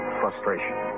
frustration